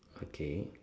okay